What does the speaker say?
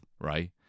right